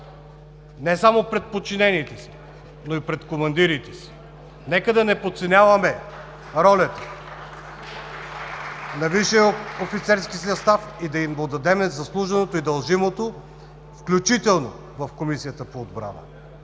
не само пред подчинените си, но и пред командирите си. (Ръкопляскания от ГЕРБ.) Нека да не подценяваме ролята на висшия офицерски състав и да им отдадем заслуженото и дължимото, включително в Комисията по отбрана.